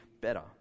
better